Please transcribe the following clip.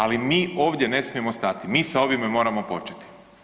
Ali mi ovdje ne smijemo stati, mi sa ovime moramo početi.